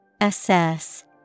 Assess